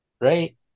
Right